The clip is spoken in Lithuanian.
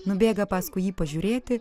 nubėga paskui jį pažiūrėti